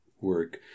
work